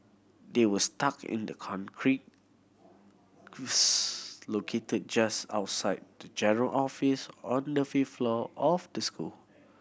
they were stuck in the concrete located just outside the general office on the fifth floor of the school